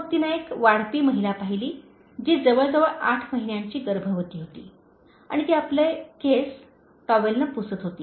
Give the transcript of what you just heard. मग तिने एक वाढपी महिला पाहिली जी जवळजवळ आठ महिन्यांची गर्भवती होती आणि ती आपले केस टॉवेलने पुसत होती